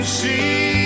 see